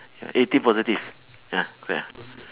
eh think positive ya correct